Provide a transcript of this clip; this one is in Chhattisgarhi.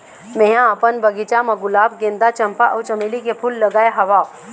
मेंहा अपन बगिचा म गुलाब, गोंदा, चंपा अउ चमेली के फूल लगाय हव